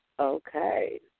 Okay